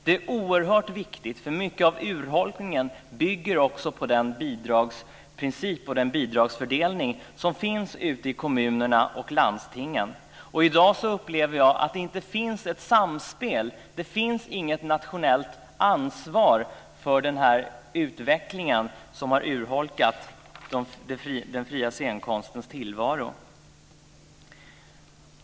Det är oerhört viktigt, för mycket av urholkningen bygger på den bidragsprincip och den bidragsfördelning som finns ute i kommunerna och landstingen. I dag upplever jag att det inte finns ett samspel. Det finns inget nationellt ansvar för den här utvecklingen som har urholkat den fria scenkonstens tillvaro.